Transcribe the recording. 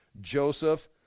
Joseph